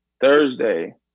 Thursday